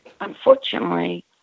Unfortunately